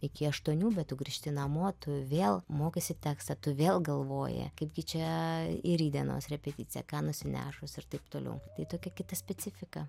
iki aštuonių bet tu grįžti namo tu vėl mokaisi tekstą tu vėl galvoji kaipgi čia ir rytdienos repeticija ką nusinešus ir taip toliau tai tokia kita specifika